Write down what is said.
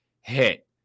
hit